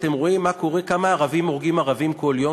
אתם רואים כמה ערבים הורגים ערבים כל יום?